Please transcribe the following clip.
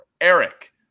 Eric